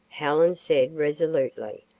helen said resolutely.